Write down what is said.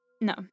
No